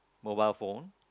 mobile phone